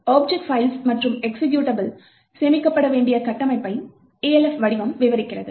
object files மற்றும் executable சேமிக்கப்பட வேண்டிய கட்டமைப்பை Elf வடிவம் விவரிக்கிறது